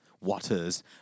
waters